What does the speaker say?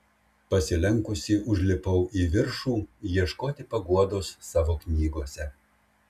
pasilenkusi užlipau į viršų ieškoti paguodos savo knygose